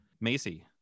macy